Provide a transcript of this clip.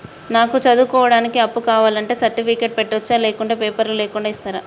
నాకు చదువుకోవడానికి అప్పు కావాలంటే సర్టిఫికెట్లు పెట్టొచ్చా లేకుంటే పేపర్లు లేకుండా ఇస్తరా?